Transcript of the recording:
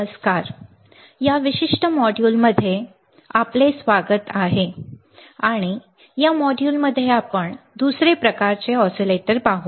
नमस्कार या विशिष्ट मॉड्यूलमध्ये आपले स्वागत आहे आणि या मॉड्यूलमध्ये आपण दुसरे प्रकारचे ऑसीलेटर पाहू